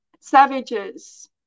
savages